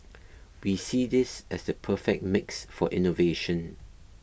we see this as the perfect mix for innovation